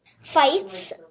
fights